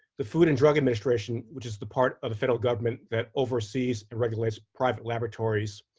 the food and drug administration, which is the part of the federal government that oversees and regulates private laboratories,